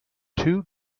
two